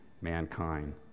mankind